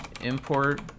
import